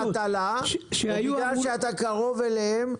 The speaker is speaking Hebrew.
בגלל שאתה קרוב אליהם,